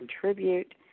contribute